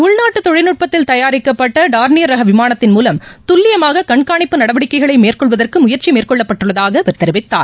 உள்நாட்டுதொழில்நுட்பத்தில் தயாரிக்கப்பட்டார்னியர் ரகவிமானத்தின் மூலம் துல்லியமாககண்காணிப்பு நடவடிக்கைகளைமேற்கொள்வதற்குமுயற்சிமேற்கொள்ளப்பட்டுள்ளதாகஅவர் தெரிவித்தார்